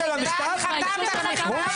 את חתמת על המכתב?